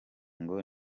ngo